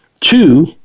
two